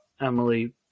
Emily